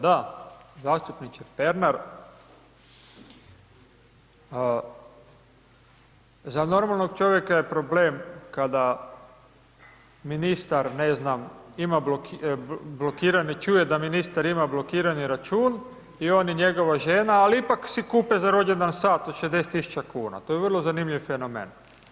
Da, zastupniče Pernar, za normalnog čovjeka je problem kada ministra ne znam, ima blokiranje, čuje da ima blokirani račun, i on i njegova žena ali ipak si kupe za rođendan sat od 60 000 kuna, to je vrlo zanimljiv fenomen.